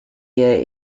year